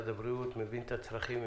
משרד הבריאות מבין את הצרכים,